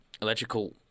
electrical